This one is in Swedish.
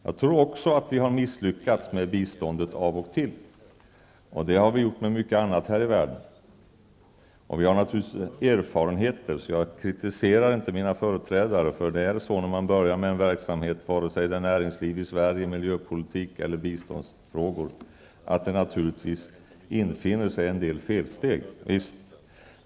Jag tror också att vi har misslyckats med biståndet av och till. Och det har vi även gjort med mycket annat här i världen. Och vi har naturligtvis erfarenheter. Jag kritiserar därför inte mina företrädare. När man börjar med en verksamhet, vare sig det är näringsliv i Sverige, miljöpolitik eller biståndsfrågor, infinner sig naturligtvis en del felsteg.